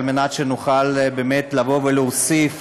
על מנת שנוכל באמת לבוא ולהוסיף